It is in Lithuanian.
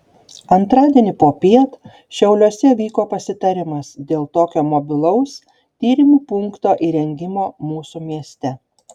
antradienį popiet šiauliuose vyko pasitarimas dėl tokio mobilaus tyrimų punkto įrengimo mūsų mieste